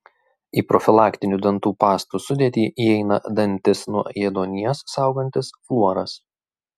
į profilaktinių dantų pastų sudėtį įeina dantis nuo ėduonies saugantis fluoras